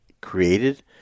created